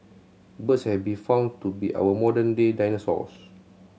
birds have been found to be our modern day dinosaurs